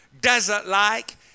desert-like